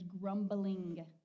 grumbling